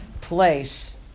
place